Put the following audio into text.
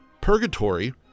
Purgatory